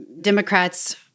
Democrats